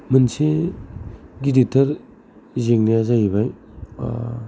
मोनसे गिदिरथार जेंनाया जाहैबाय